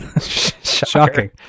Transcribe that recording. shocking